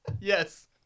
Yes